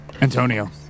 Antonio